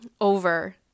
over